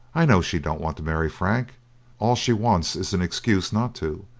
i know she don't want to marry frank all she wants is an excuse not to,